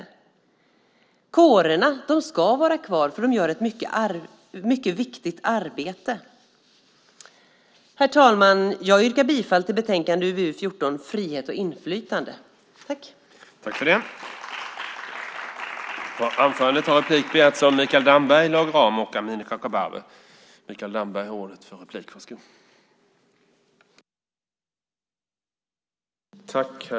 Kårerna ska vara kvar, för de gör ett mycket viktigt arbete. Herr talman! Jag yrkar bifall till förslaget i betänkande UbU14, Frihet och inflytande - kårobligatoriets avskaffande .